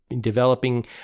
developing